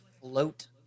float